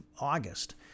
August